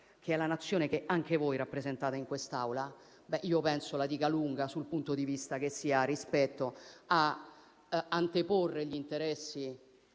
che è la Nazione che anche voi rappresentate in quest'Aula, la dica lunga sul punto di vista che si ha rispetto al fatto che si